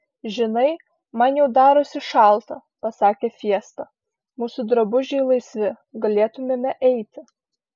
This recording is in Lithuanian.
žinai man jau darosi šalta pasakė fiesta mūsų drabužiai laisvi galėtumėme eiti